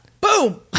Boom